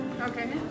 Okay